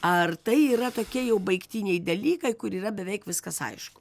ar tai yra tokie jau baigtiniai dalykai kur yra beveik viskas aišku